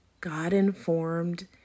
God-informed